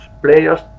players